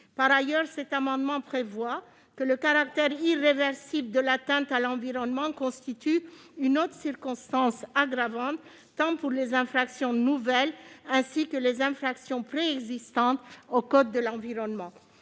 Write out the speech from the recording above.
Par ailleurs, cet amendement vise à ce que le caractère irréversible de l'atteinte à l'environnement constitue une autre circonstance aggravante, tant pour les infractions nouvelles que les infractions préexistantes au code de l'environnement.